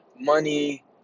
money